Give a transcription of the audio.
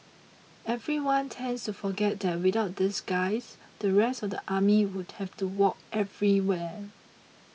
everyone tends to forget that without these guys the rest of the army would have to walk everywhere